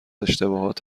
اشتباهات